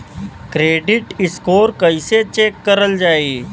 Credit score कइसे check करल जायी?